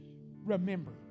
remember